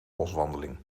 boswandeling